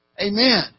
Amen